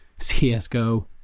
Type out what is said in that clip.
CSGO